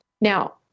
Now